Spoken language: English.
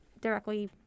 directly